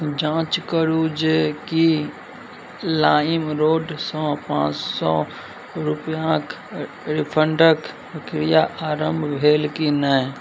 जाँच करू जे कि लाइमरोडसँ पाँच सओ रुपैआक रिफण्डक प्रक्रिया आरम्भ भेल की नहि